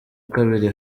kabiri